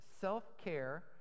Self-care